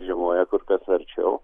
žiemoja kur kas arčiau